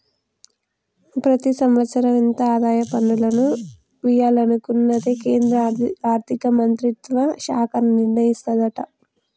ప్రతి సంవత్సరం ఎంత ఆదాయ పన్నులను వియ్యాలనుకునేది కేంద్రా ఆర్థిక మంత్రిత్వ శాఖ నిర్ణయిస్తదట